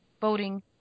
voting